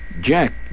Jack